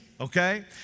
okay